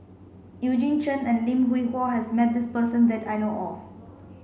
Eugene Chen and Lim Hwee Hua has met this person that I know of